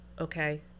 okay